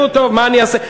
נו טוב, מה אני אעשה?